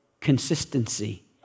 consistency